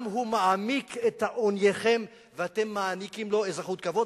גם הוא מעמיק את עונייכם ואתם מעניקים לו אזרחות כבוד?